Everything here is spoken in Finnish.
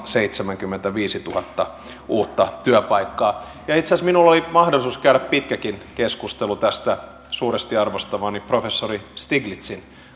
seitsemänkymmentäviisituhatta uutta työpaikkaa itse asiassa minulla oli mahdollisuus käydä pitkäkin keskustelu tästä suuresti arvostamani professori stiglitzin